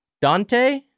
Dante